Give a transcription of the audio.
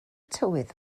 tywydd